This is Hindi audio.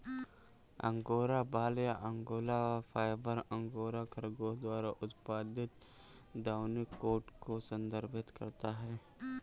अंगोरा बाल या अंगोरा फाइबर, अंगोरा खरगोश द्वारा उत्पादित डाउनी कोट को संदर्भित करता है